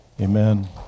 Amen